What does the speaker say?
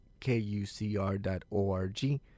KUCR.org